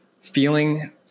feeling